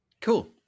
Cool